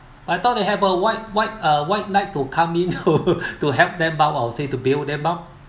I thought they have a white white uh white knight to come in to to help them out I will say to bail them out